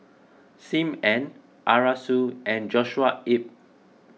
Sim Ann Arasu and Joshua Ip